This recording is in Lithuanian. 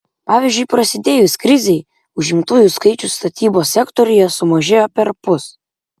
pavyzdžiui prasidėjus krizei užimtųjų skaičius statybos sektoriuje sumažėjo perpus